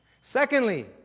Secondly